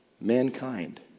Mankind